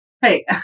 Hey